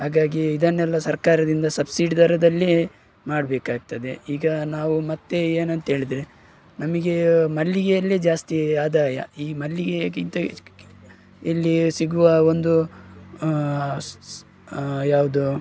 ಹಾಗಾಗಿ ಇದನ್ನೆಲ್ಲ ಸರ್ಕಾರದಿಂದ ಸಬ್ಸಿಡಿ ದರದಲ್ಲೆ ಮಾಡಬೇಕಾಗ್ತದೆ ಈಗ ನಾವು ಮತ್ತೆ ಏನಂತೇಳಿದರೆ ನಮಗೆ ಮಲ್ಲಿಗೆಯಲ್ಲೆ ಜಾಸ್ತಿ ಆದಾಯ ಈ ಮಲ್ಲಿಗೆಗಿಂತ ಹೆಚ್ಕ್ ಇಲ್ಲಿ ಸಿಗುವ ಒಂದು ಯಾವುದು